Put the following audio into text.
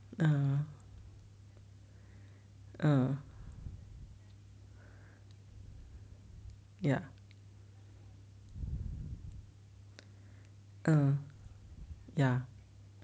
err err ya err ya